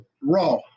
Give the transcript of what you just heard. Raw